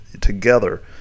together